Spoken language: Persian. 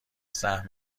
سهم